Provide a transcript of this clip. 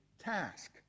task